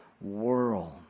world